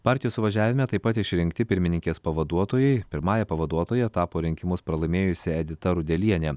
partijos suvažiavime taip pat išrinkti pirmininkės pavaduotojai pirmąja pavaduotoja tapo rinkimus pralaimėjusi edita rudelienė